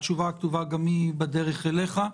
התשובה הכתובה גם היא בדרך אליך.